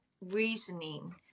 reasoning